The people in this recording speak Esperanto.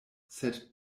sed